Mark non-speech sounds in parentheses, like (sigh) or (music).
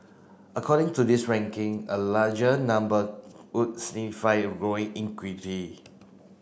according to this ranking a larger number would signify growing (unintelligible)